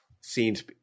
scenes